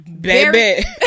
baby